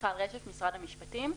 ממשרד המשפטים.